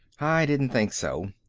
i didn't think so.